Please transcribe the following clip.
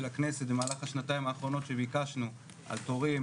הכנסת במהלך השנתיים האחרונות שביקשנו על תורים,